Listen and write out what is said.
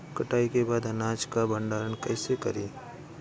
कटाई के बाद अनाज का भंडारण कईसे करीं?